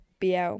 BL